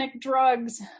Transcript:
drugs